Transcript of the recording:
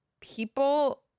people